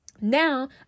Now